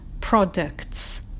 products